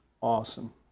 awesome